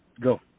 go